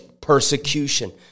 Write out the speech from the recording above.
persecution